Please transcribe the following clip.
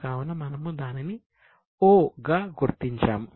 కావున మనము దానిని 'O' గా గుర్తించాము